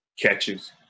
catches